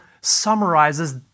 summarizes